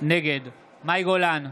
נגד מאי גולן,